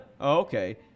Okay